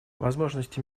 возможности